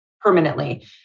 permanently